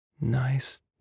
Nice